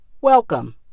Welcome